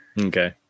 Okay